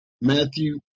Matthew